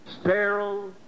sterile